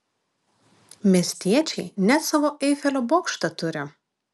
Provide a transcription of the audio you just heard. miestiečiai net savo eifelio bokštą turi